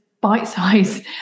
bite-sized